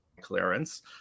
clearance